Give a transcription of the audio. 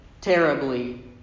terribly